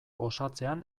osatzean